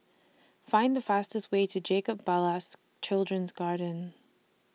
Find The fastest Way to Jacob Ballas Children's Garden